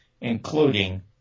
including